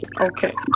Okay